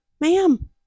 ma'am